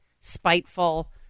spiteful